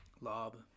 Lob